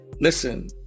listen